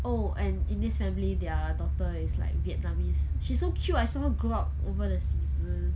oh and in this family their daughter is like vietnamese she's so cute I saw her grow up over the season